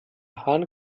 hahn